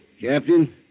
Captain